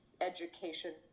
education